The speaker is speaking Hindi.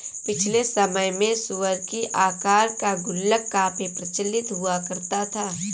पिछले समय में सूअर की आकार का गुल्लक काफी प्रचलित हुआ करता था